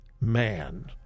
man